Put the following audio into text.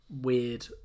weird